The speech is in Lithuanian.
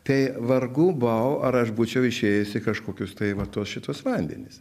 tai vargu bau ar aš būčiau išėjęs į kažkokius tai va tuos šituos vandenis